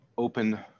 Open